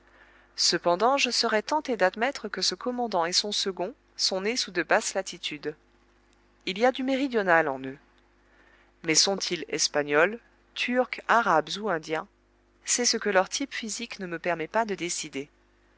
cependant je serais tenté d'admettre que ce commandant et son second sont nés sous de basses latitudes il y a du méridional en eux mais sont-ils espagnols turcs arabes ou indiens c'est ce que leur type physique ne me permet pas de décider